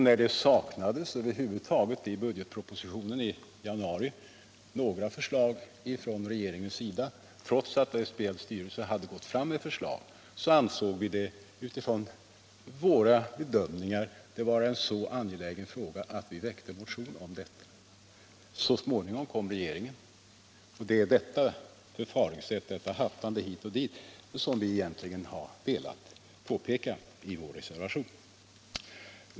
När det i budgetpropositionen i januari över huvud taget inte fanns några förslag från regeringens sida, trots att SBL:s styrelse hade gått fram med förslag, ansåg vi det vara en så angelägen fråga att vi väckte motionen. Så småningom kom regeringen. Det är detta förfaringssätt, detta hattande hit och dit, som vi har påpekat i vår reservation.